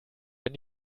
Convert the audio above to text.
wenn